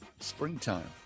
Springtime